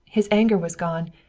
his anger was gone.